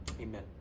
Amen